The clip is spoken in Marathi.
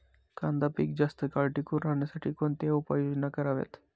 कांदा पीक जास्त काळ टिकून राहण्यासाठी कोणत्या उपाययोजना कराव्यात?